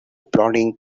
plodding